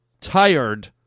tired